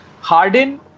Harden